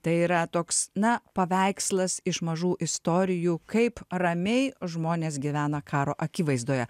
tai yra toks na paveikslas iš mažų istorijų kaip ramiai žmonės gyvena karo akivaizdoje